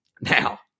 now